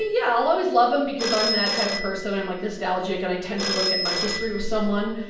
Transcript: yeah. i'll always love him because i'm that type of person. i'm, like, nostalgic and i tend to look at my history with someone.